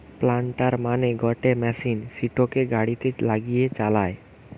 planter মানে গটে machine সিটোকে গাড়িতে লাগিয়ে চালায়